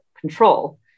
control